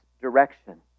direction